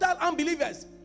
unbelievers